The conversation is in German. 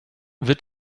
wird